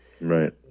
Right